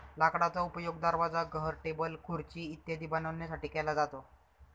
लाकडाचा उपयोग दरवाजा, घर, टेबल, खुर्ची इत्यादी बनवण्यासाठी केला जातो